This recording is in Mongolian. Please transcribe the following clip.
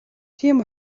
тийм